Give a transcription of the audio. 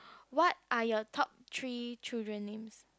what are your top three children names